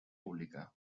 pública